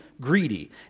greedy